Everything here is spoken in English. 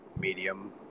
medium